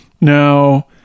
Now